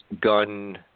gun